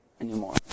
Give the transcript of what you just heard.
anymore